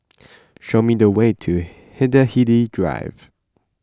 show me the way to Hindhede Drive